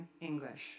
English